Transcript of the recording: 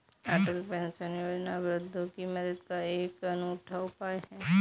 अटल pension योजना वृद्धों की मदद का एक अनूठा उपाय है